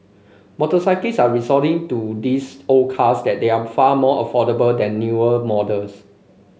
are resorting to these old cars that they are far more affordable than newer models